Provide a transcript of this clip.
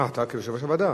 אה, אתה כיושב-ראש הוועדה.